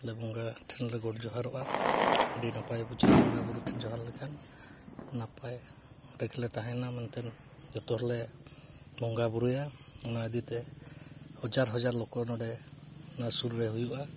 ᱟᱞᱮ ᱵᱚᱸᱜᱟ ᱴᱷᱮᱱᱞᱮ ᱜᱚᱸᱰ ᱡᱚᱦᱟᱨᱚᱜᱼᱟ ᱟᱹᱰᱤ ᱱᱟᱯᱟᱭ ᱵᱩᱡᱷᱟᱹᱜᱼᱟ ᱵᱚᱸᱜᱟᱼᱵᱩᱨᱩᱴᱷᱮᱱ ᱡᱚᱦᱟᱨ ᱞᱮᱠᱷᱟᱱ ᱱᱟᱯᱟᱭ ᱚᱸᱰᱮ ᱜᱮᱞᱮ ᱛᱟᱦᱮᱱᱟ ᱢᱮᱱᱛᱮᱫ ᱡᱚᱛᱚ ᱦᱚᱲᱞᱮ ᱵᱚᱸᱜᱟᱼᱵᱩᱨᱩᱭᱟ ᱚᱱᱟ ᱤᱫᱤᱛᱮ ᱦᱟᱡᱟᱨ ᱦᱟᱡᱟᱨ ᱦᱚᱲ ᱠᱚ ᱱᱚᱸᱰᱮ ᱚᱱᱟ ᱥᱩᱨ ᱨᱮ ᱦᱩᱭᱩᱜᱼᱟ